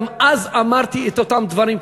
גם אז אמרתי את אותם דברים,